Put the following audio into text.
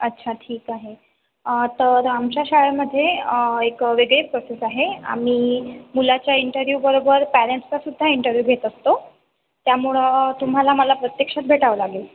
अच्छा ठिक आहे तर आमच्या शाळेमध्ये एक वेगळी प्रोसेस आहे आम्ही मुलाच्या इंटरव्ह्यू बरोबर पेरेंट्सचा सुद्धा इंटरव्ह्यू घेत असतो त्यामुळ तुम्हाला मला प्रत्यशात भेटाव लागेल